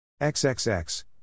XXX